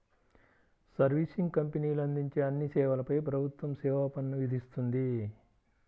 servicing కంపెనీలు అందించే అన్ని సేవలపై ప్రభుత్వం సేవా పన్ను విధిస్తుంది